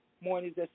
mornings